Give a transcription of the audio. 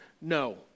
no